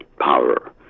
power